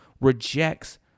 rejects